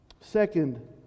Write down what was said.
Second